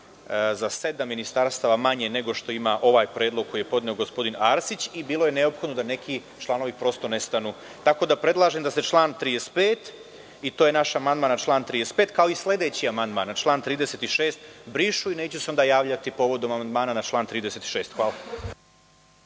za sedam ministarstava manje nego što ima ovaj predlog koji je podneo gospodin Arsić i bilo je neophodno da neki članovi prosto ne stanu. Predlažem da se član 35. i to je naš amandman na član 35. kao i sledeći amandman na član 36. brišu i onda se neću javljati povodom amandmana na član 36. Hvala.